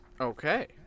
okay